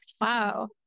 Wow